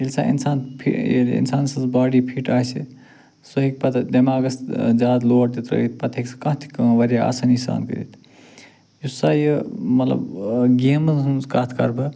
ییٚلہِ سا اِنسان ییٚلہِ اِنسان سٕنٛز باڈی فِٹ آسہِ سُہ ہیٚکہِ پَتہٕ دٮ۪ماغس زیادٕ لوڈ تہِ ترٛٲوِتھ پَتہٕ ہیٚکہِ سُہ کانٛہہ تہِ کٲم واریاہ آسٲنی سان کٔرِتھ یُس سا یہِ مطلب گیمن ہٕنٛز کَتھ کَر بہٕ